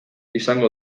izango